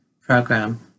program